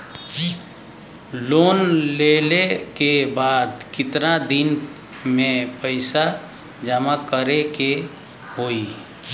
Loan लेले के बाद कितना दिन में पैसा जमा करे के होई?